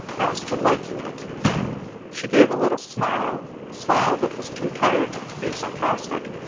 as to liking it she gave a little smile, a smile that was too tired to be sarcastic,